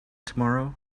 tomorrow